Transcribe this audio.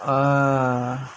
ah